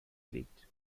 liegt